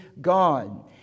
God